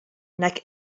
nag